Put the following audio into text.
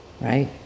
right